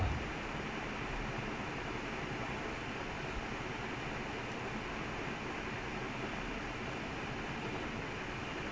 no there's a reason I am pretty sure there's a reason for why like football is so weird right no fans legit